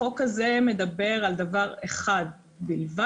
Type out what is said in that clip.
החוק הזה מדבר על דבר אחד בלבד,